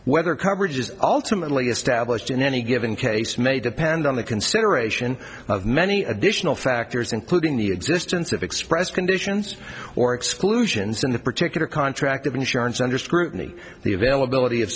whether coverage is ultimately established in any given case may depend on the consideration of many additional factors including the existence of express conditions or exclusions in the particular contract of insurance under scrutiny the availability of